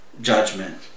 judgment